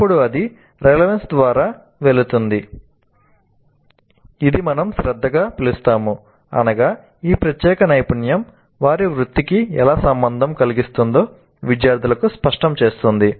అప్పుడు అది రెలెవెన్స్ ద్వారా వెళుతుంది ఇది మనం శ్రద్ధగా పిలుస్తాము అనగా ఈ ప్రత్యేక నైపుణ్యం వారి వృత్తికి ఎలా సంబంధం కలిగిస్తుందో విద్యార్థులకు స్పష్టం చేస్తుంది